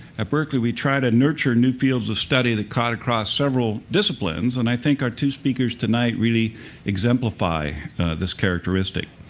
at berkeley, we try to nurture new fields of study that cut across several disciplines. and i think our two speakers tonight really exemplify this characteristic.